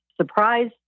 surprise